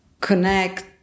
connect